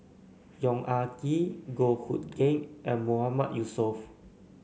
Yong Ah Kee Goh Hood Keng and Mahmood Yusof